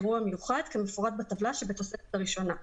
"אירוע מיוחד" כמפורט בטבלה שבתוספת הראשונה,